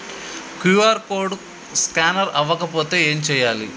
QR code scanner అవ్వకపోతే ఏం చేయాలి?